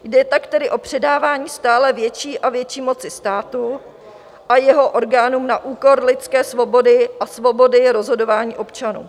Jde tak tedy o předávání stále větší a větší moci státu a jeho orgánům na úkor lidské svobody a svobody rozhodování občanů.